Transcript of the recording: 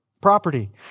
property